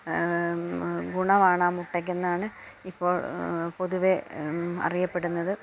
ഗുണമാണ് ആ മുട്ടയ്ക്കെന്നാണ് ഇപ്പോള് പൊതുവേ അറിയപ്പെടുന്നത്